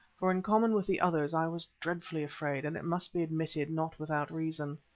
for in common with the others i was dreadfully afraid, and it must be admitted not without reason.